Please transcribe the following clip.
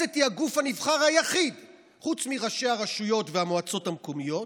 הכנסת היא הגוף הנבחר היחיד חוץ מראשי הרשויות והמועצות המקומיות.